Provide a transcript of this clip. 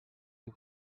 you